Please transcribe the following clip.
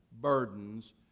burdens